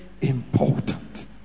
important